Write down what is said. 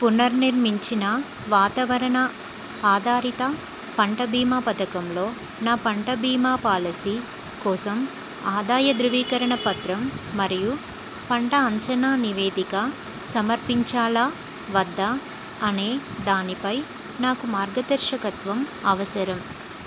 పునర్నిర్మించిన వాతావరణ ఆధారిత పంట బీమా పథకంలో నా పంట బీమా పాలసీ కోసం ఆదాయ ధృవీకరణ పత్రం మరియు పంట అంచనా నివేదిక సమర్పించాలా వద్దా అనే దానిపై నాకు మార్గదర్శకత్వం అవసరం